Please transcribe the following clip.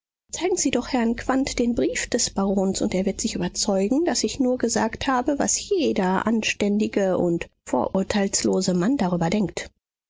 zeigen sie doch herrn quandt den brief des barons und er wird sich überzeugen daß ich nur gesagt habe was jeder anständige und vorurteilslose mann darüber denkt